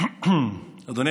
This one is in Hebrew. דקות לאחר שתתאים את הפודיום.